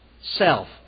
Self